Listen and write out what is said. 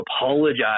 apologize